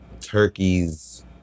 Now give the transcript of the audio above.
turkeys